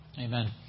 Amen